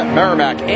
Merrimack